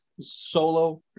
solo